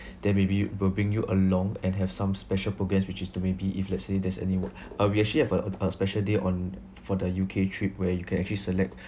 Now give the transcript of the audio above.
then may be burping you along and have some special programs which is to maybe if let's say there's any work uh we actually has a uh a special day on for the U_K trip where you can actually select